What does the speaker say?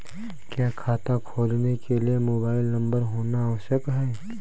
क्या खाता खोलने के लिए मोबाइल नंबर होना आवश्यक है?